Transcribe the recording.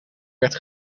werd